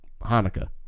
Hanukkah